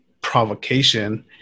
provocation